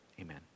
amen